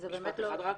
משפט אחד רק.